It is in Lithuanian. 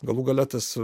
galų gale tas